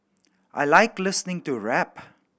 I like listening to rap